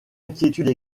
inquiétude